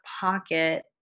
pocket